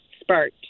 sparked